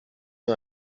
una